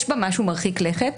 יש בה משהו מרחיק לכת,